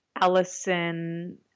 Allison